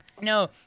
No